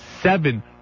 seven